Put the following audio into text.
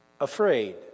Afraid